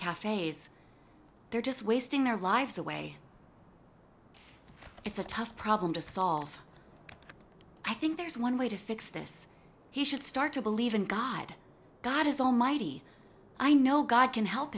cafes they're just wasting their lives away it's a tough problem to solve i think there's one way to fix this he should start to believe in god god is almighty i know god can help